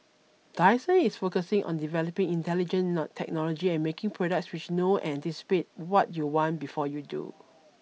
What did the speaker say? Dyson is focusing on developing intelligent not technology and making products which know anticipate what you want before you do